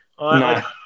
No